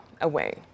away